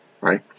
right